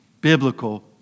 biblical